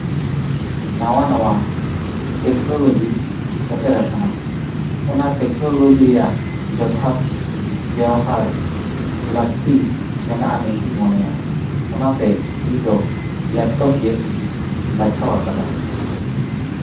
ᱱᱟᱣᱟ ᱱᱟᱣᱟ ᱴᱮᱠᱱᱳᱞᱚᱡᱤ ᱥᱮᱴᱮᱨ ᱟᱠᱟᱱᱟ ᱚᱱᱟ ᱴᱮᱠᱱᱳᱞᱚᱡᱤ ᱨᱮᱭᱟᱜ ᱡᱚᱛᱷᱟᱛ ᱵᱮᱣᱦᱟᱨ ᱞᱟᱹᱠᱛᱤ ᱢᱮᱱᱟᱜᱼᱟ ᱢᱮᱱᱛᱤᱧ ᱢᱚᱱᱮᱭᱟ ᱚᱱᱟᱛᱮ ᱤᱧ ᱫᱚ ᱞᱮᱯᱴᱚᱯ ᱜᱮ ᱵᱟᱪᱷᱟᱣ ᱟᱠᱟᱫᱟ